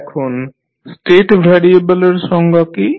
এখন স্টেট ভ্যারিয়েবলের সংজ্ঞা কী